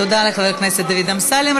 תודה לחבר הכנסת דוד אמסלם.